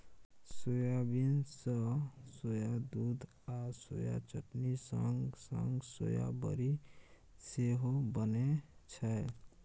soybean सँ soya दुध आ सोया चटनी संग संग सोया बरी सेहो बनै छै